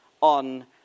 on